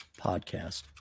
podcast